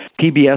PBS